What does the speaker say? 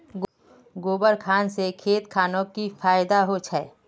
गोबर खान से खेत खानोक की फायदा होछै?